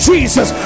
Jesus